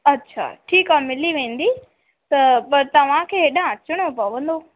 अच्छा ठीकु आहे मिली वेंदी त पोइ तव्हांखे हेॾा अचिणो पवंदो